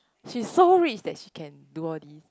she's so rich that she can do all these